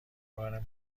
آورم